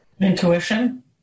Intuition